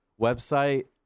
website